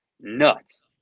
nuts